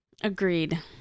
Agreed